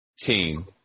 Team